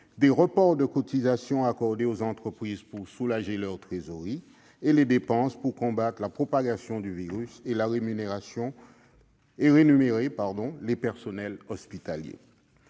des reports de cotisations accordés aux entreprises pour soulager leur trésorerie, des dépenses pour combattre la propagation du virus et rémunérer les personnels hospitaliers.